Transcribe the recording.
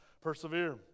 persevere